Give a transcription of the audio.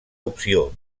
opció